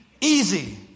easy